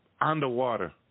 underwater